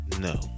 no